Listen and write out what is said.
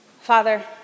Father